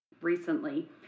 recently